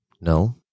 No